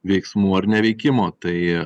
veiksmų ar neveikimo tai